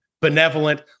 benevolent